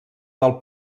del